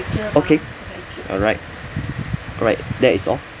okay alright alright that is all